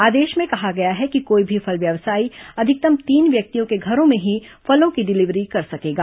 आदेश में कहा गया है कि कोई भी फल व्यवसायी अधिकतम तीन व्यक्तियों के घरों में ही फलों की डिलीवरी कर सकेगा